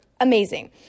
amazing